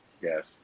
yes